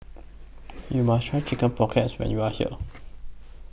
YOU must Try Chicken Pockets when YOU Are here